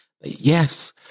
Yes